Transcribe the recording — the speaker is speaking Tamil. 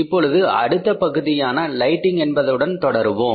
இப்பொழுது அடுத்த பகுதியான லைடிங் என்பதுடன் தொடருவோம்